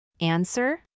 Answer